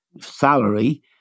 salary